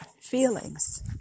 feelings